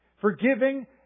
Forgiving